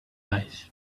eyes